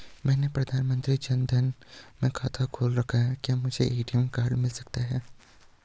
मैंने प्रधानमंत्री जन धन में खाता खोल रखा है क्या मुझे ए.टी.एम कार्ड मिल सकता है?